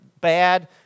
bad